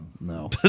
no